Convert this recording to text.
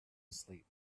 asleep